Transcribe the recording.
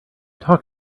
talk